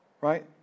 Right